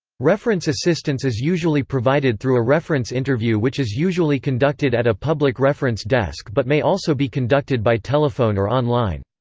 reference assistance is usually provided through a reference interview which is usually conducted at a public reference desk but may also be conducted by telephone or online.